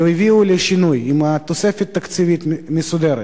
והביאו לשינוי עם תוספת תקציבית מסודרת,